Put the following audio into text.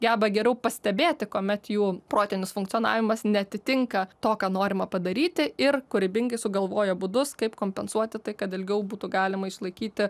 geba geriau pastebėti kuomet jų protinis funkcionavimas neatitinka to ką norima padaryti ir kūrybingai sugalvoja būdus kaip kompensuoti tai kad ilgiau būtų galima išlaikyti